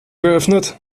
geöffnet